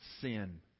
sin